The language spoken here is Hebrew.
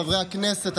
חברי הכנסת,